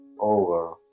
over